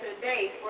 today